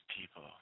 people